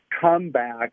comeback